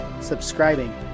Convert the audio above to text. subscribing